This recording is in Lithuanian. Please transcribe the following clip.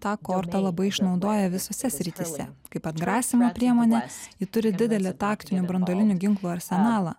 tą kortą labai išnaudoja visose srityse kaip atgrasymo priemonė ji turi didelį taktinių branduolinių ginklų arsenalą